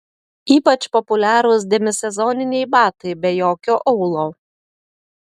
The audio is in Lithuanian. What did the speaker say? ypač populiarūs demisezoniniai batai be jokio aulo